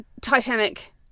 Titanic